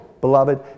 beloved